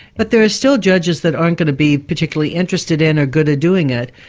but there are still judges that aren't going to be particularly interested in or good at doing it.